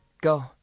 go